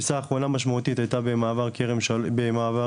תפיסה אחרונה משמעותית הייתה במעבר תרקומיא,